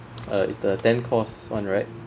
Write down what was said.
uh it's the ten course [one] right